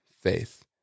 faith